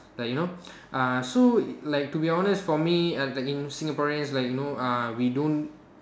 like you know uh so like to be honest for me uh in Singaporeans like you know we don't